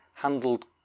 handled